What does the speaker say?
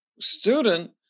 student